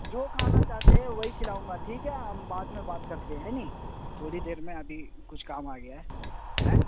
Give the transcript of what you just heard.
جو کھانا چاہتے ہیں وہی کھلاؤں گا ٹھیک ہے ہم بعد میں بات کرتے ہیں ہے نہیں تھوڑی دیر میں ابھی کچھ کام آ گیا ہے ہیں